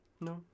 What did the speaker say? No